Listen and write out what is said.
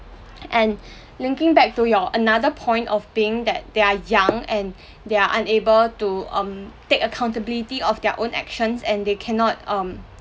and linking back to your another point of being that they are young and they are unable to um take accountability of their own actions and they cannot um